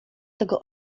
tego